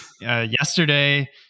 Yesterday